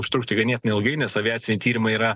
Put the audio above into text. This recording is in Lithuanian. užtrukti ganėtinai ilgai nes aviaciniai tyrimai yra